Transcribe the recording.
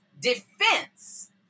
defense